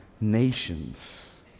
nations